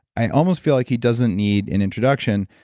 i almost feel like he doesn't need an introduction,